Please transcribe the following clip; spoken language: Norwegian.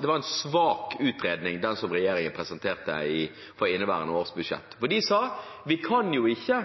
Det var en svak utredning regjeringen presenterte for inneværende års budsjett, for de sa at vi kan jo ikke